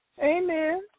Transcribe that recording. Amen